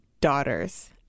daughters